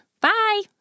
Bye